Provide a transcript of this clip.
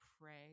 pray